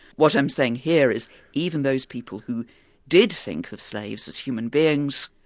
what i'm saying here is even those people who did think of slaves as human beings,